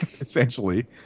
essentially